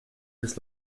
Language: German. des